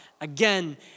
again